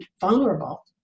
vulnerable